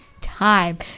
time